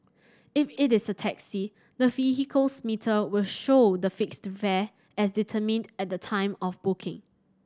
if it is a taxi the vehicle's meter will show the fixed fare as determined at the time of booking